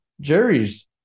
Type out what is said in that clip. Jerry's